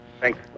Thanks